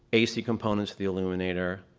ac components, the illuminator,